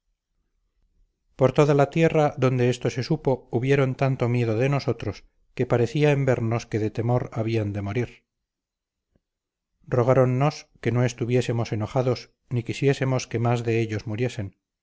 por toda la tierra donde esto se supo hubieron tanto miedo de nosotros que parecía en vernos que de temor habían de morir rogáronnos que no estuviésemos enojados ni quisiésemos que más de ellos muriesen